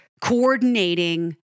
coordinating